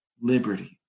liberty